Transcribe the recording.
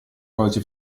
codice